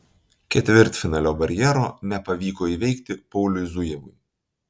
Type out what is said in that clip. ketvirtfinalio barjero nepavyko įveikti pauliui zujevui